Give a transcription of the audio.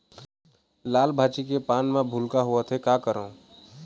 लाल भाजी के पान म भूलका होवथे, का करों?